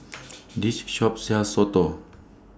This Shop sells Soto